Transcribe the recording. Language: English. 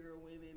women